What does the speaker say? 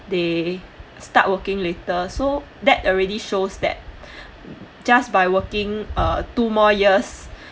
they start working later so that's already shows that just by working uh two more years